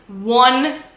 one